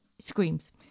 screams